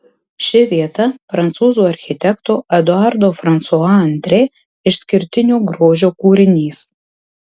ši vieta prancūzų architekto eduardo fransua andrė išskirtinio grožio kūrinys